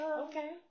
Okay